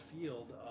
field